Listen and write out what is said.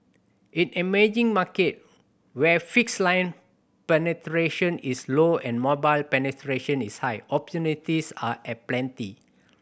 in emerging markets where fixed line penetration is low and mobile penetration is high opportunities are aplenty